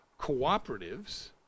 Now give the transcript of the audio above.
cooperatives